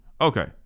Okay